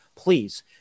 please